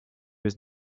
was